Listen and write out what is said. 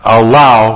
allow